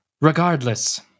Regardless